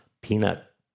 peanut